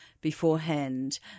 beforehand